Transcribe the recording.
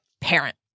Parent